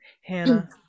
Hannah